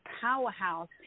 powerhouse